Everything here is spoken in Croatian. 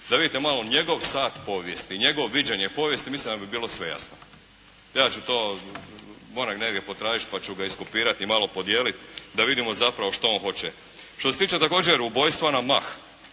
da vidite malo njegov sat povijesti, njegovo viđenje povijesti. Mislim da bi vam bilo sve jasno. Ja ću to, moram negdje potražiti pa ću ga iskopirati i malo podijeliti da vidimo zapravo što ono hoće. Što se tiče također ubojstva na mah